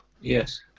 yes